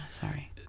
sorry